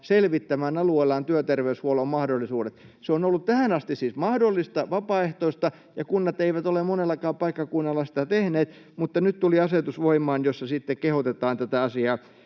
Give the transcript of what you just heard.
selvittämään alueellaan työterveyshuollon mahdollisuudet. Se on ollut tähän asti siis mahdollista, vapaaehtoista, ja kunnat eivät ole monellakaan paikkakunnalla sitä tehneet, mutta nyt tuli voimaan asetus, jossa sitten kehotetaan tätä asiaa